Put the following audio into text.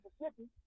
Mississippi